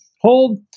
hold